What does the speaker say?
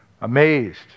amazed